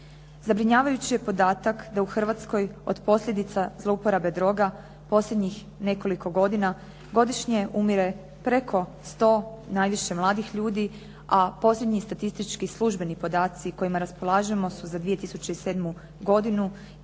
Zabrinjavajući je podatak da u Hrvatskoj od posljedica zlouporabe droga posljednjih nekoliko godina godišnje umire preko 100 najviše mladih ljudi, a posljednji statistički službeni podaci kojima raspolažemo su za 2007. godinu, taj